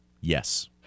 Yes